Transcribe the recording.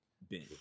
Ben